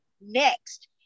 next